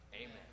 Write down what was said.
Amen